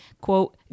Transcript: quote